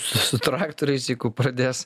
su traktoriais jeigu pradės